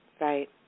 Right